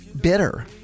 bitter